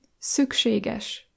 Szükséges